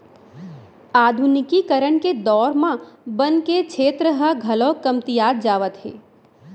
आधुनिकीकरन के दौर म बन के छेत्र ह घलौ कमतियात जावत हे